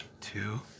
two